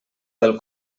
del